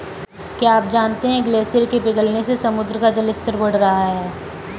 क्या आप जानते है ग्लेशियर के पिघलने से समुद्र का जल स्तर बढ़ रहा है?